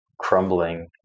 crumbling